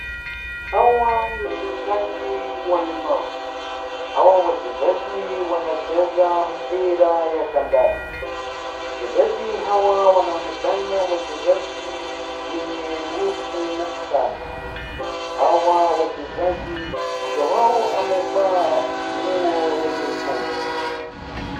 Hawa ni wachezaji walemavu. Hawa wachezaji wanacheza mpira ya kandanda. Wachezaji hawa wanaonekana wachezaji wenye nguvu sana. Hawa wachezaji mmoja wao amevaa nguo ya nyekundu.